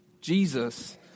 Jesus